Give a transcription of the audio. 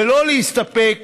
ולא להסתפק